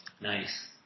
Nice